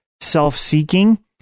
self-seeking